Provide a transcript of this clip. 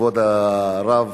כבוד הרב,